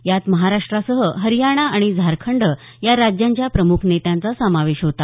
यात महाराष्ट्रासह हरियाणा आणि झारखंड या राज्यांच्या प्रमुख नेत्यांचा समावेश होता